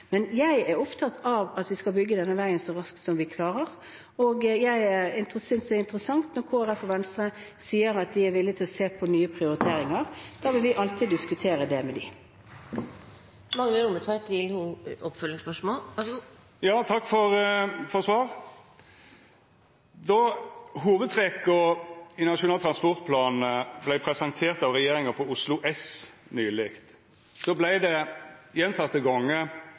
Men jeg er opptatt av at vi skal bygge denne veien så raskt som vi klarer, og jeg synes det er interessant når Kristelig Folkeparti og Venstre sier at de er villige til å se på nye prioriteringer. Da vil vi alltid diskutere det med dem. Takk for svaret. Då hovudtrekka i Nasjonal transportplan vart presenterte av regjeringa på Oslo S nyleg, vart det gjentekne gonger